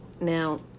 Now